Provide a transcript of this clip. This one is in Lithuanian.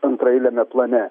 antraeiliame plane